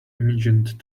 imagined